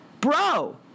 Bro